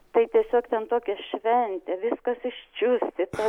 tai tiesiog ten tokia šventė viskas iščiustyta